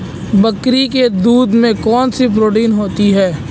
बकरी के दूध में कौनसा प्रोटीन होता है?